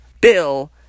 bill